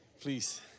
Please